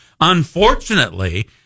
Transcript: unfortunately